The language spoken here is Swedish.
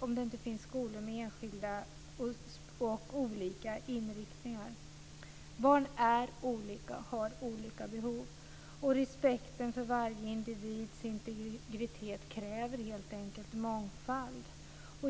om det inte finns skolor med enskilda och olika inriktningar. Barn är olika och har olika behov, och respekten för varje individs integritet kräver helt enkelt mångfald.